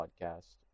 podcast